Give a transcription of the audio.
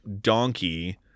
donkey